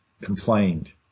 complained